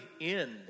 end